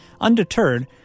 Undeterred